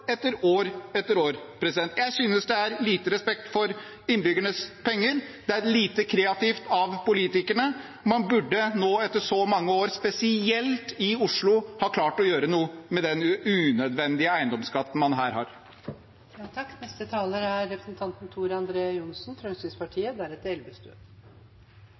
etter år etter år. Jeg synes det er lite respekt for innbyggernes penger. Det er lite kreativt av politikerne. Man burde nå etter så mange år, spesielt i Oslo, ha klart å gjøre noe med den unødvendige eiendomsskatten man her